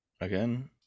Again